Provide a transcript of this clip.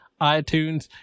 iTunes